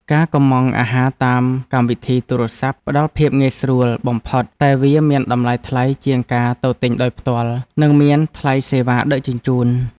ការកម្ម៉ង់អាហារតាមកម្មវិធីទូរស័ព្ទផ្ដល់ភាពងាយស្រួលបំផុតតែវាមានតម្លៃថ្លៃជាងការទៅទិញដោយផ្ទាល់និងមានថ្លៃសេវាដឹកជញ្ជូន។